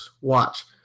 watch